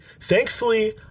Thankfully